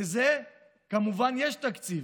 לזה כמובן יש תקציב.